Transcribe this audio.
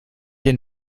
den